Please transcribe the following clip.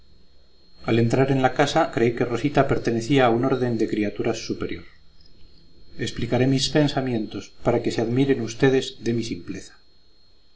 al entrar en la casa creí que rosita pertenecía a un orden de criaturas superior explicaré mis pensamientos para que se admiren ustedes de mi simpleza